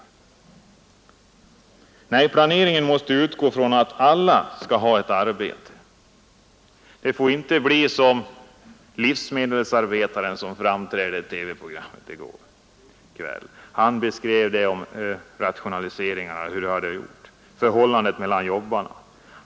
Man måste i planeringen utgå från att alla skall ha ett arbete. Det får inte bli så som beskrevs av den livsmedelsarbetare som framträdde i ett TV-program i går kväll. Han beskrev vad följden har blivit av rationaliseringarna och talade om förhållandet mellan jobbarna.